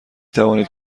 توانید